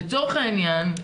לצורך העניין,